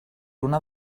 una